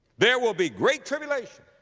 there will be great tribulation.